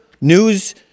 news